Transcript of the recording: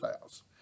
house